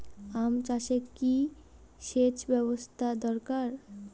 আম চাষে কি সেচ ব্যবস্থা দরকার?